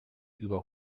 über